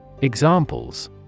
Examples